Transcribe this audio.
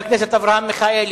חבר הכנסת אברהם מיכאלי.